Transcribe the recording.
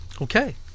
Okay